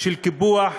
של קיפוח,